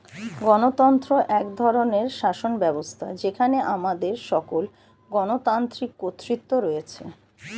গণতন্ত্র এক ধরনের শাসনব্যবস্থা যেখানে আমাদের সকল গণতান্ত্রিক কর্তৃত্ব রয়েছে